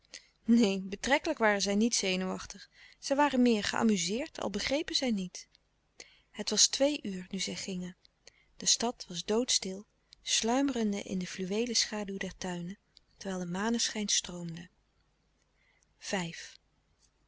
neen betrekkelijk waren zij niet zenuwachtig zij waren meer geamuzeerd al begrepen zij niet het was twee uur nu zij gingen de stad louis couperus de stille kracht was doodstil sluimerende in de fluweelen schaduw der tuinen terwijl de maneschijn stroomde